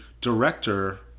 director